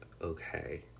okay